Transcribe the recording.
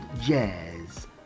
Jazz